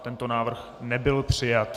Tento návrh nebyl přijat.